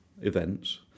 events